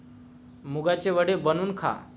मुगाचे वडे बनवून खा